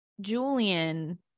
julian